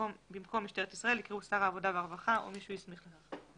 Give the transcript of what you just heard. במקום "משטרת ישראל" יקראו "לשר העבודה והרווחה או שהוא הסמיך לכך.